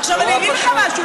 עכשיו, אני אגיד לך משהו.